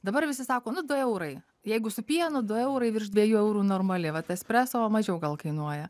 dabar visi sako nu du eurai jeigu su pienu du eurai virš dviejų eurų normali vat espreso o mažiau gal kainuoja